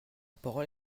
parole